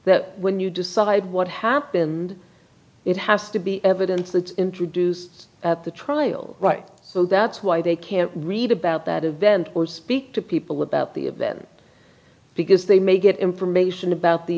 that when you decide what happened it has to be evidence that introduced at the trial right so that's why they can read about that event or speak to people about the event because they may get information about the